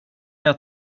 jag